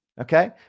Okay